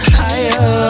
higher